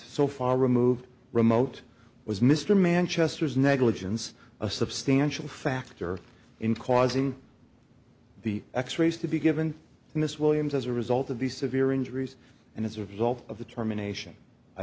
so far removed remote was mr manchester's negligence a substantial factor in causing the x rays to be given in this williams as a result of these severe injuries and as a result of the termination i